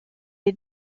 est